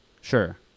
Sure